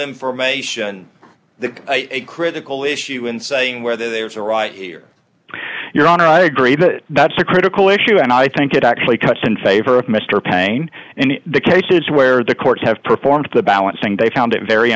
information the critical issue in saying whether there's a right here your honor i agree that that's a critical issue and i think it actually cuts in favor of mr paine and in the cases where the courts have performed the balancing they found it very